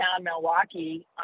Milwaukee